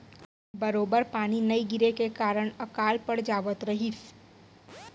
बरोबर पानी नइ गिरे के कारन अकाल पड़ जावत रहिस